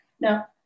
Now